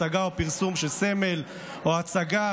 הצגה או פרסום של סמל או הצגה,